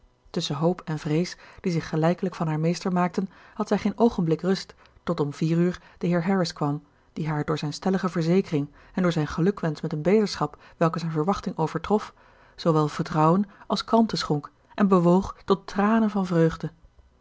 tusschen hoop en vrees die zich gelijkelijk van haar meester maakten had zij geen oogenblik rust tot om vier uur de heer harris kwam die haar door zijn stellige verzekering en door zijn gelukwensch met een beterschap welke zijn verwachting overtrof zoowel vertrouwen als kalmte schonk en bewoog tot tranen van vreugde